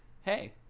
hey